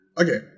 Okay